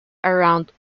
around